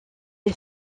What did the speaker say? des